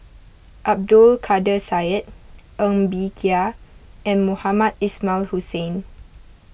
Abdul Kadir Syed Ng Bee Kia and Mohamed Ismail Hussain